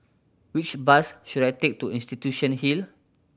which bus should I take to Institution Hill